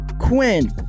Quinn